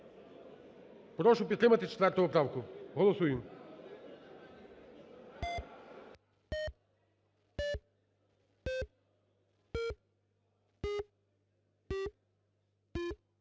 Прошу підтримати 4 поправку. Голосуємо.